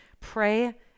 Pray